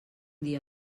dia